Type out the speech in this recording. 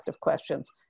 questions